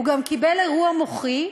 הוא גם קיבל אירוע מוחי,